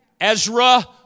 Ezra